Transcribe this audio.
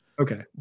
Okay